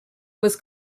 was